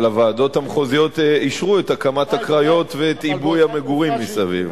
אבל הוועדות המחוזיות אישרו את הקמת הקריות ואת עיבוי המגורים מסביב.